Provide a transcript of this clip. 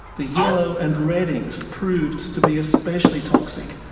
the yellow and red inks proved to be especially toxic,